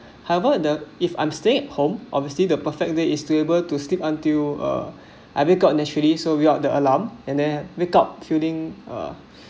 however the if I'm stay home obviously the perfect day is to able to sleep until uh I wake up naturally so without the alarm and then wake up feeling uh